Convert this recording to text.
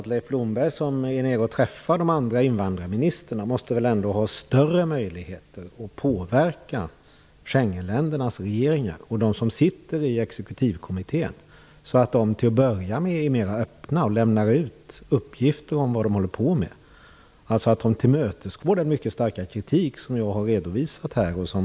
Leif Blomberg som träffar de andra invandrarministrarna måste väl ändå ha större möjligheter att påverka Schengenländernas regeringar och dem som sitter i exekutivkommittén, så att de till att börja med är mera öppna och lämnar ut uppgifter om vad de håller på med. Deras sätt att tillmötesgå har fått mycket stark kritik, som jag har redovisat här.